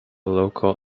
local